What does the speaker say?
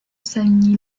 savigny